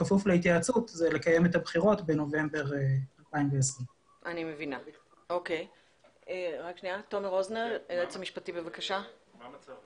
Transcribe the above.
בכפוף להתייעצות לקיים את הבחירות בנובמבר 2020. מה מצבה